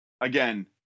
Again